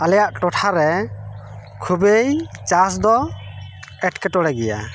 ᱟᱞᱮᱭᱟᱜ ᱴᱚᱴᱷᱟᱨᱮ ᱠᱷᱩᱵᱮᱭ ᱪᱟᱥ ᱫᱚ ᱮᱴᱠᱮᱴᱚᱬᱮ ᱜᱮᱭᱟ